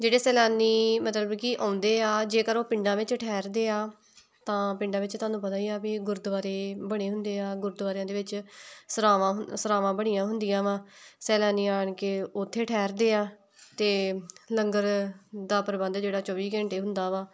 ਜਿਹੜੇ ਸੈਲਾਨੀ ਮਤਲਬ ਕਿ ਆਉਂਦੇ ਆ ਜੇਕਰ ਉਹ ਪਿੰਡਾਂ ਵਿੱਚ ਠਹਿਰਦੇ ਆ ਤਾਂ ਪਿੰਡਾਂ ਵਿੱਚ ਤੁਹਾਨੂੰ ਪਤਾ ਹੀ ਆ ਵੀ ਗੁਰਦੁਆਰੇ ਬਣੇ ਹੁੰਦੇ ਆ ਗੁਰਦੁਆਰਿਆਂ ਦੇ ਵਿੱਚ ਸਰਾਵਾਂ ਹੁ ਸਰਾਵਾਂ ਬਣੀਆਂ ਹੁੰਦੀਆਂ ਵਾ ਸੈਲਾਨੀ ਆਣ ਕੇ ਉੱਥੇ ਠਹਿਰਦੇ ਆ ਅਤੇ ਲੰਗਰ ਦਾ ਪ੍ਰਬੰਧ ਜਿਹੜਾ ਚੌਵੀ ਘੰਟੇ ਹੁੰਦਾ ਵਾ